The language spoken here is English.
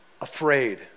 afraid